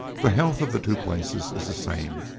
the health of the two places is the same.